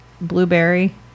blueberry